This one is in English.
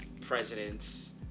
presidents